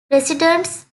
residents